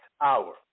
hour